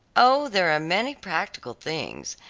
oh, there are many practical things.